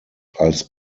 als